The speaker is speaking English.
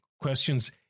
questions